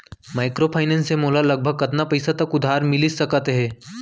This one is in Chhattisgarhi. माइक्रोफाइनेंस से मोला लगभग कतना पइसा तक उधार मिलिस सकत हे?